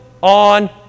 on